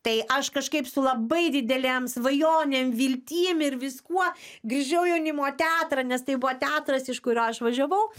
tai aš kažkaip su labai didelėm svajonėm viltim ir viskuo grįžau jaunimo teatran nes tai buvo teatras iš kurio aš važiavau